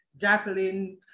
Jacqueline